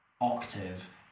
octave